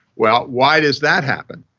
well, why does that happen?